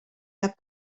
cap